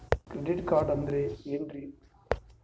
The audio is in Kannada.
ಕ್ರೆಡಿಟ್ ಕಾರ್ಡ್ ಅಂದ್ರ ಏನ್ರೀ?